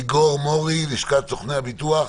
איגור מורי, לשכת סוכני הביטוח.